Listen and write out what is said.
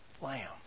lamb